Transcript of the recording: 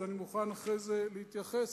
אני מוכן אחרי זה להתייחס,